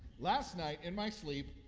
last night in my sleep,